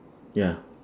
ya